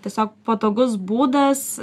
tiesiog patogus būdas